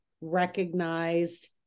recognized